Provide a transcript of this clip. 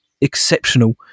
exceptional